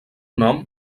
nom